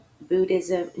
buddhism